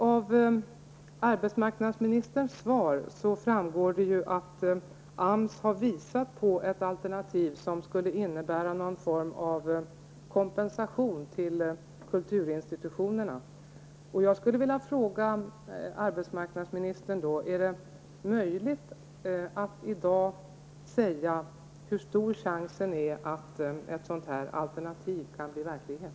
Av arbetsmarknadsministerns svar framgår ju att AMS har visat på ett alternativ som skulle innebära någon form av kompensation till kulturinsituationerna. Jag vill då fråga arbetsmarknadsministern: Är det möjligt att i dag säga hur stor chansen är att ett sådant här alternativ kan bli verklighet?